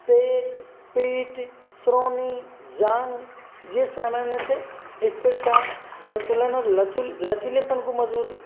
पेट पीठ श्रोणी जाँघ ये सामान्यतः स्थिरता संतुलन और लचुल लचीलेपन को मज़बूत